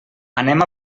anem